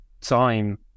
time